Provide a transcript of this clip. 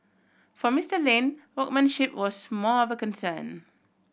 for Mister Lin workmanship was more of a concern